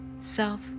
self